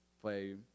play